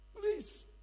Please